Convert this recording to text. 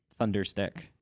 Thunderstick